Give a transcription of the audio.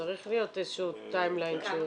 צריך להיות איזשהו טיימליין.